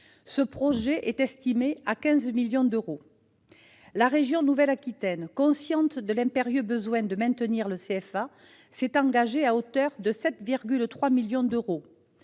Ce projet est estimé à 15 millions d'euros. La région Nouvelle-Aquitaine, consciente de l'impérieux besoin de maintenir le CFA, s'est engagée à hauteur de 7,3 millions d'euros.